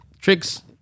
tricks